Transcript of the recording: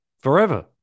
forever